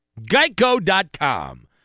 geico.com